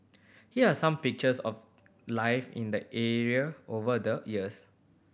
here are some pictures of life in the area over the years